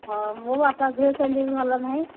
ହଁ ମୋ ବାପା ଦେହ ସେମିତି ବି ଭଲ ନାହିଁ